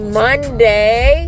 monday